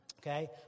Okay